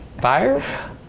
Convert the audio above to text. fire